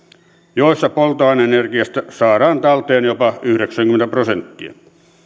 joissa polttoaineen energiasta saadaan talteen jopa yhdeksänkymmentä prosenttia